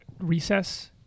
Recess